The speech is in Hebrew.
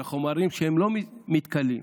בחומרים שהם לא מתכלים,